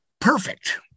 perfect